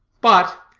but,